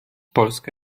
polska